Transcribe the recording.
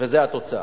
וזו התוצאה.